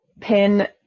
pin